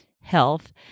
health